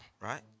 right